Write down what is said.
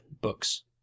books